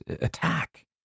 attack